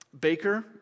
baker